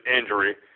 injury